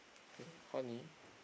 K honey